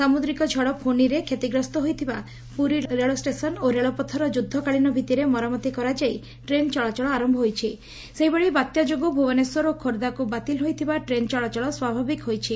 ସାମୁଦ୍ରିକ ଝଡ଼ ଫୋନିରେ କ୍ଷତିଗ୍ରସ୍ତ ହୋଇଥିବା ପୁରୀ ରେଳଷେସନ୍ ଓ ରେଳପଥର ଯୁଦ୍ଧକାଳୀନ ଭିଭିରେ ମରାମତି କରାଯାଇ ଟ୍ରେନ୍ ଚଳାଚଳ ଆର ସେହିଭଳି ବାତ୍ୟା ଯୋଗୁଁ ଭୁବନେଶ୍ୱର ଓ ଖୋର୍ଦ୍ଧାରୁ ବାତିଲ ହୋଇଥିବା ଟ୍ରେନ୍ ଚଳାଚଳ ସ୍ୱାଭାବିକ ହୋଇଛି